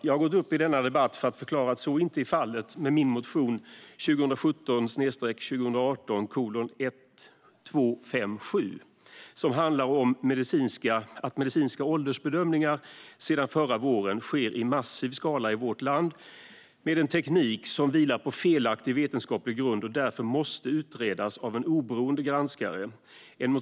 Jag har gått upp i denna debatt för att förklara att så inte är fallet med min motion 2017/18:1257, som handlar om att medicinska åldersbedömningar sedan förra våren sker i massiv skala i vårt land med en teknik som vilar på felaktig vetenskaplig grund och därför måste utredas av en oberoende granskare.